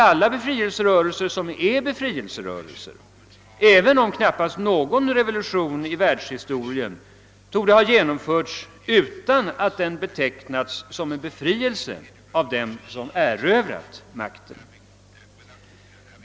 Alla befrielserörelser är inte verkliga befrielserörelser, även om knappast någon revolution i världshistorien torde ha genomförts utan att den av dem som erövrat makten betecknats som befrielse.